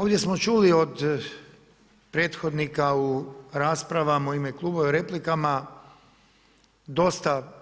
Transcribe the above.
Ovdje smo čuli od prethodnika u raspravama u ime klubova i replikama dosta